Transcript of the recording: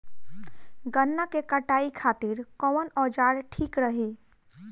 गन्ना के कटाई खातिर कवन औजार ठीक रही?